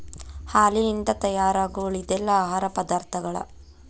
ಹಾಲಿನಿಂದ ತಯಾರಾಗು ಉಳಿದೆಲ್ಲಾ ಆಹಾರ ಪದಾರ್ಥಗಳ